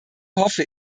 hoffe